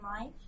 life